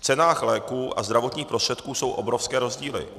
V cenách léků a zdravotních prostředků jsou obrovské rozdíly.